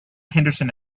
henderson